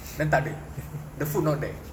then takde the food not there